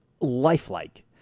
lifelike